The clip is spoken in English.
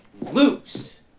lose